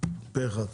פה אחד.